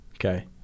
Okay